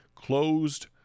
Closed